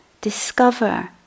discover